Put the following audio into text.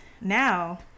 Now